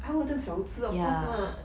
ah 这样小只 of course lah